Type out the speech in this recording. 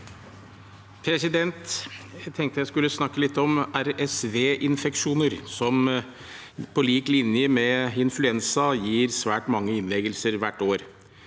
Jeg tenkte jeg skulle snakke litt om RSV-infeksjoner, som, på lik linje med influensa, gir svært mange innleggelser hvert år.